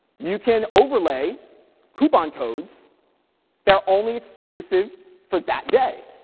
you can overlay coupon codes that are only exclusive for that day,